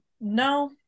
No